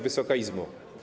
Wysoka Izbo!